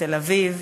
בתל-אביב,